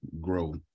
grow